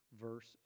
Verse